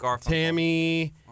tammy